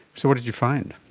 so what did you find?